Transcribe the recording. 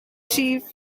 chief